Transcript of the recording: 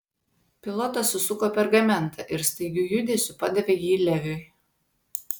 pilotas susuko pergamentą ir staigiu judesiu padavė jį leviui